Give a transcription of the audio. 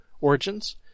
Origins